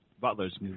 butlers